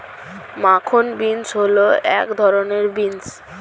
মাখন বিন্স হল এক ধরনের বিন্স